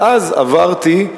ואז עברתי,